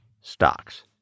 stocks